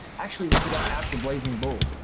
actually it was the guy after blazing bull.